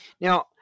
Now